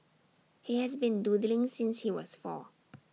he has been doodling since he was four